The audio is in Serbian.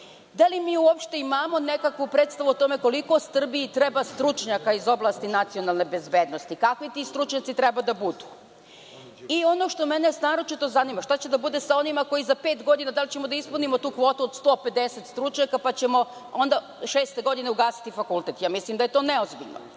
li mi uopšte imamo nekakvu predstavu o tome koliko Srbiji treba stručnjaka iz oblasti nacionalne bezbednosti? Kakvi ti stručnjaci treba da budu? Ono što me naročito zanima, šta će da bude sa onima koji za pet godina… Da li ćemo da ispunimo tu kvotu 150 stručnjaka, pa ćemo onda šeste godine ugasiti fakultet? Mislim da je to neozbiljno.